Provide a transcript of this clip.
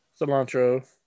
cilantro